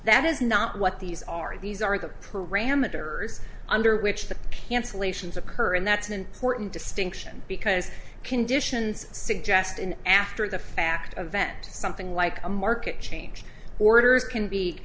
that is not what these are these are the parameters under which the cancellations occur and that's an important distinction because conditions suggest an after the fact of vent something like a market change orders can